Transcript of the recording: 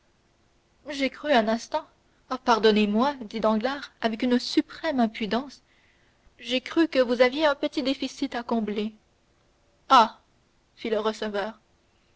j'ai cru un instant pardonnez-moi dit danglars avec une suprême impudence j'ai cru que vous aviez un petit déficit à combler ah fit le receveur